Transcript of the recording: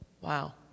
Wow